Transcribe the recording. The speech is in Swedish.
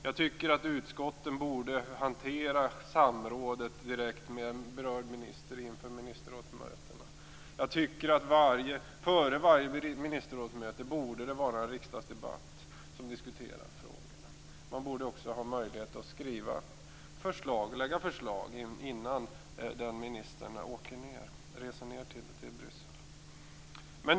Jag tycker att utskotten borde hantera samrådet direkt med berörd minister inför ministerrådsmötena. Jag tycker att det borde vara en riksdagsdebatt före varje ministerrådsmöte som diskuterar frågorna. Man borde också ha möjlighet att lägga fram förslag innan respektive minister reser ned till Bryssel.